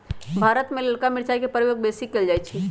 भारत में ललका मिरचाई के प्रयोग बेशी कएल जाइ छइ